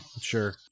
Sure